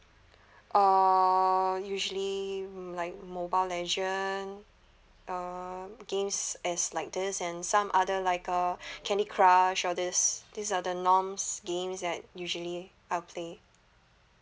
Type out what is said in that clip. uh usually mm like Mobile Legend uh games as like this and some other like uh Candy Crush all these these are the norms games that usually I'll play